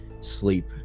sleep